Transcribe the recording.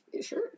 Sure